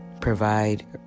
provide